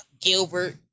Gilbert